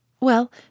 Well